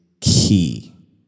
key